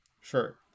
sure